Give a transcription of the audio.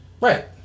right